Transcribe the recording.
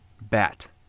bat